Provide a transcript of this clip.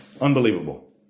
unbelievable